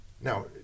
Now